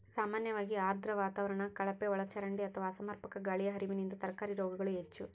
ಸಾಮಾನ್ಯವಾಗಿ ಆರ್ದ್ರ ವಾತಾವರಣ ಕಳಪೆಒಳಚರಂಡಿ ಅಥವಾ ಅಸಮರ್ಪಕ ಗಾಳಿಯ ಹರಿವಿನಿಂದ ತರಕಾರಿ ರೋಗಗಳು ಹೆಚ್ಚು